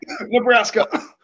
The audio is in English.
Nebraska